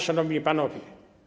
Szanowni Panowie!